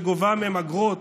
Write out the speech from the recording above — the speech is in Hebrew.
שגובה מהם אגרות,